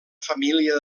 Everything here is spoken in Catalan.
família